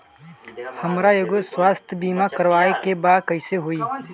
हमरा एगो स्वास्थ्य बीमा करवाए के बा कइसे होई?